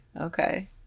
Okay